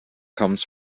comes